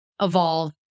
evolve